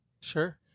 Sure